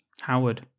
Howard